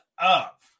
up